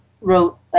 wrote